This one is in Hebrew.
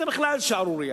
זאת בכלל שערורייה.